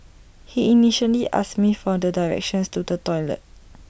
he initially asked me for the directions to the toilet